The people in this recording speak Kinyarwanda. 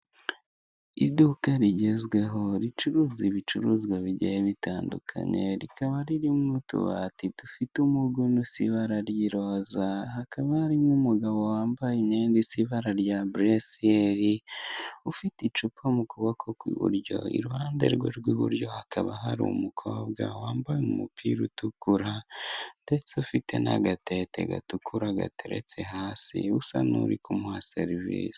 Iduka rigezweho ricuruza ibicuruzwa bigiye bitandukanye rikaba ririmo utubati dufite umuguno usa ibara ry'iroza hakaba hari nk'umugabo wambaye imyenda ise ibara rya buresiyeri, ufite icupa mu kuboko kw'iburyo iruhande rwe rw'iburyo hakaba hari umukobwa wambaye umupira utukura, ndetse ufite n'agatete gatukura gateretse hasi' usa n'uri kumuha serivisi.